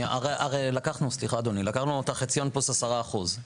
הרי לקחנו את החציון פלוס עשרה אחוז,